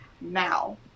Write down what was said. now